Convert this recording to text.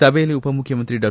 ಸಭೆಯಲ್ಲಿ ಉಪ ಮುಖ್ಯಮಂತ್ರಿ ಡಾ